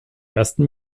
ersten